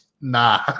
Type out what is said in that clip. Nah